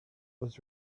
was